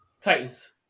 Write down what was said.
Titans